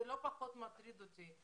וזה לא פחות מטריד אותי,